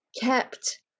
kept